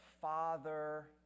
father